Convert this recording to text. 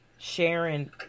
Sharing